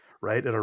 right